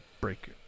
break